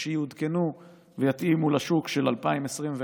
שיעודכנו ויתאימו לשוק של 2021,